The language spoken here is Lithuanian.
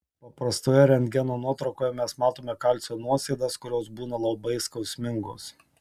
paprastoje rentgeno nuotraukoje mes matome kalcio nuosėdas kurios būna labai skausmingos